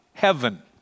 heaven